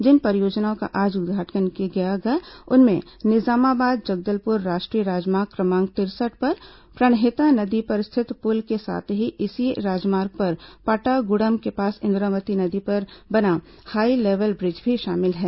जिन परियोजनाओं का आज उद्घाटन किया गया उनमें निजामाबाद जगदलपुर राष्ट्रीय राजमार्ग क्रमांक तिरसठ पर प्रणहिता नदी पर स्थित पुल के साथ ही इसी राजमार्ग पर पाटागुडम के पास इंद्रावती नदी पर बना हाई लेवल ब्रिज भी शामिल है